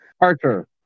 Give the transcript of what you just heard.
archer